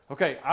Okay